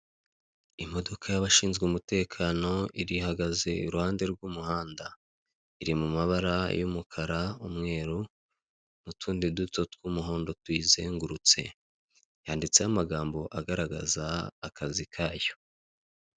Imodoka y'abashinzwe umutekano ihagaze iruhande rw'umuhanda. Iri mumabara y'umukara umweru, n'utundi duto tw'umuhondo tuyizengurutse. Yanditseho amagambo agaragaza akazi kayo.